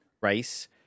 rice